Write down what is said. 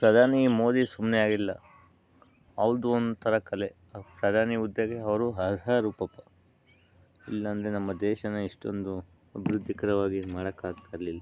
ಪ್ರಧಾನಿ ಮೋದಿ ಸುಮ್ಮನೆ ಆಗಿಲ್ಲ ಅವ್ರದ್ದು ಒಂಥರ ಕಲೆ ಪ್ರಧಾನಿ ಹುದ್ದೆಗೆ ಅವರು ಅರ್ಹರು ಪಾಪ ಇಲ್ಲಾಂದರೆ ನಮ್ಮ ದೇಶನ ಇಷ್ಟೊಂದು ಅಭಿವೃದ್ಧಿಕರವಾಗಿ ಮಾಡೋಕೆ ಆಗ್ತಾಯಿರಲಿಲ್ಲ